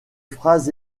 phase